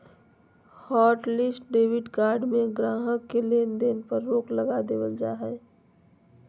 hotlist debit card में गाहक़ के लेन देन पर रोक लगा देबल जा हय